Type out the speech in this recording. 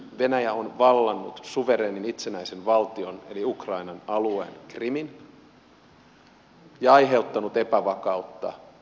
venäjä on vallannut suvereenin itsenäisen valtion eli ukrainan alueen krimin ja aiheuttanut epävakautta itä ukrainaan